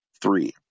three